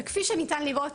וכפי שניתן לראות,